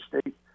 state